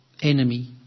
enemy